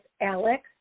Alex